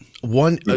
One